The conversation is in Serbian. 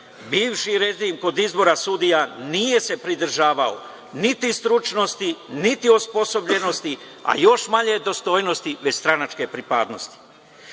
bivši režim kod izbora sudija nije se pridržavao niti stručnosti, niti osposobljenosti, a još manje dostojnosti, već stranačke pripadnosti.